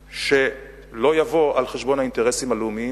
שלא יבוא על חשבון האינטרסים הלאומיים